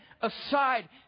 aside